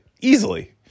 easily